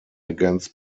against